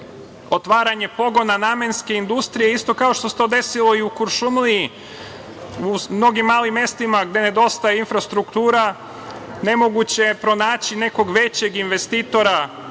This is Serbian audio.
otvaranje pogona namenske industrije, isto kao što se to desilo i u Kuršumliji. U mnogim malim mestima gde nedostaje infrastruktura nemoguće je pronaći nekog većeg investitora,